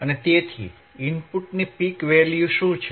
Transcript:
તેથી ઇનપુટની peak value શું છે